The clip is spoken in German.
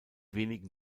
wenigen